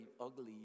ugly